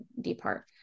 depart